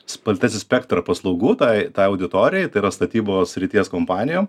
spartesnį spektrą paslaugų tai tai auditorijai tai yra statybos srities kompanijom